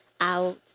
out